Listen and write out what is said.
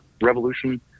revolution